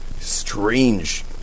strange